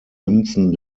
münzen